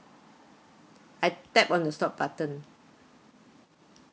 I tap on the stop button